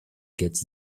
gets